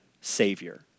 savior